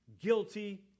guilty